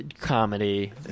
comedy